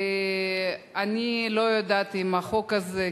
אני לא יודעת אם החוק הזה,